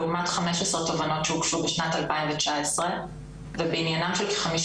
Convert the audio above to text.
לעומת 15 תלונות שהוגשו בשנת 2019 ובניינם של כ-50